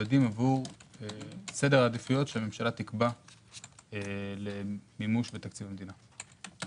זה מיועד עבור סדר העדיפויות שהממשלה תקבע למימוש בתקציב המדינה.